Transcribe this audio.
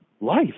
life